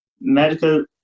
medical